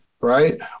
right